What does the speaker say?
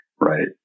Right